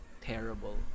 terrible